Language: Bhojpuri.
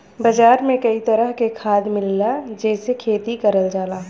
बाजार में कई तरह के खाद मिलला जेसे खेती करल जाला